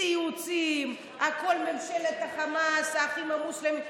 ציוצים, הכול "ממשלת החמאס", "האחים המוסלמים".